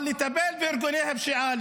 אבל לטפל בארגוני הפשיעה,